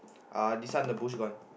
uh this one the bush gone